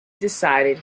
decided